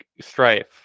strife